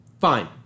fine